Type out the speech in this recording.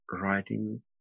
writing